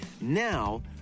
Now